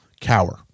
cower